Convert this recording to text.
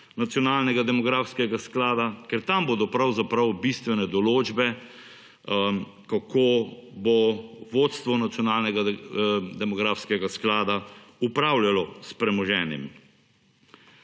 Nacionalnega demografskega sklada, ker tam bodo pravzaprav bistvene določbe, kako bo vodstvo Nacionalnega demografskega sklada upravljajo s premoženjem.